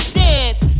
dance